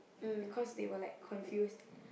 because they were like confused